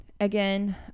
again